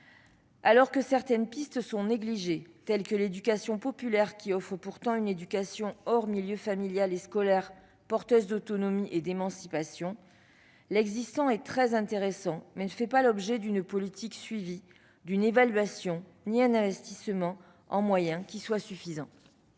Alors que certaines pistes sont négligées, telles que l'éducation populaire qui offre pourtant une éducation hors milieu familial et scolaire porteuse d'autonomie et d'émancipation, l'existant est très intéressant, mais ne fait l'objet ni d'une politique suivie, ni d'une évaluation, ni d'investissements suffisants.